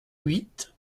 huit